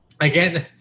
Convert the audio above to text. again